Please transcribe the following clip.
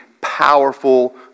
powerful